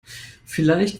vielleicht